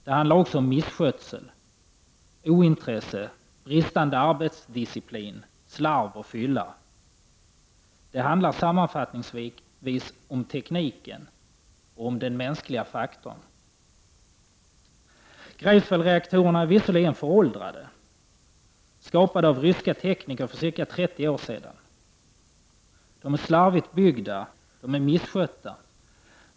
Det handlar också om misskötsel, ointresse, bristande arbetsdisciplin, slarv och fylla. Det handlar sammanfattningsvis om tekniken och om den mänskliga faktorn. Greifswaldsreaktorerna är visserligen föråldrade, skapade av ryska tekniker för ca 30 år sedan, slarvigt byggda och misskötta.